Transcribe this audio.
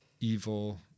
evil